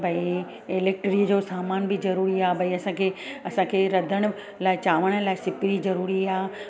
भई इलेक्ट्री जो सामान बि ज़रूरी आहे भई असांखे असांखे रधण लाइ चांवर लाइ सुपिरी ज़रूरी आहे